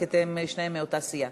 כי שניכם מאותה סיעה.